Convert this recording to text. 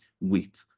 wait